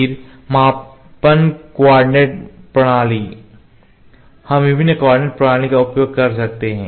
फिर मापन कोऑर्डिनेट प्रणाली हम विभिन्न कोऑर्डिनेट प्रणाली का उपयोग कर सकते हैं